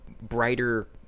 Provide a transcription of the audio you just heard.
brighter